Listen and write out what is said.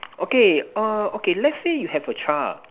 okay oh okay let's say you have a child